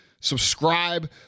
subscribe